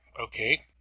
okay